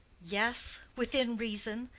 yes, within reason.